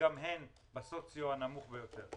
שגם הן במעמד הסוציו-אקונומי הנמוך ביותר.